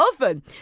oven